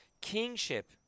Kingship